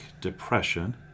depression